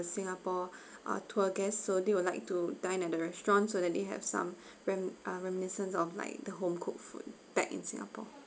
singapore uh tour guests so they will like to dine at the restaurant so that they have some rem~ uh reminiscence of like the home cooked food back in singapore